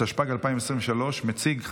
התשפ"ג 2023. מציג,